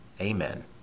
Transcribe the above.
Amen